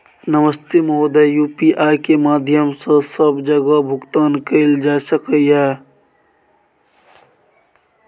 नमस्ते महोदय, यु.पी.आई के माध्यम सं सब जगह भुगतान कैल जाए सकल ये?